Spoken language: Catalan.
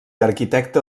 arquitecte